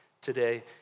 today